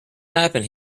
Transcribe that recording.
happen